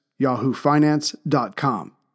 YahooFinance.com